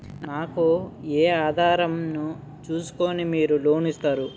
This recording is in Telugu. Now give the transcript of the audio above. నాకు ఏ ఆధారం ను చూస్కుని మీరు లోన్ ఇస్తారు?